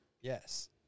Yes